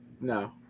No